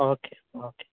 okay okay